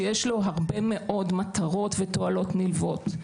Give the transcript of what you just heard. שיש לו הרבה מאוד מטרות ותועלות נלוות.